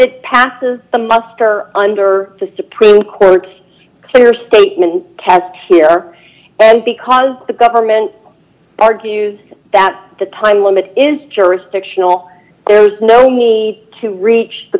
it passes the muster under the supreme court clear statement cat here and because the government argues that the time limit is jurisdictional there is no need to reach